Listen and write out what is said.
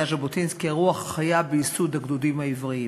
היה ז'בוטינסקי הרוח החיה בייסוד הגדודים העבריים,